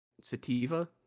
Sativa